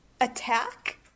attack